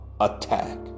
attack